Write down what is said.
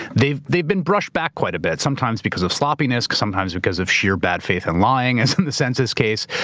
they've they've been brushed back quite a bit, sometimes because of sloppiness, sometimes because of sheer bad faith and lying, as in the census case.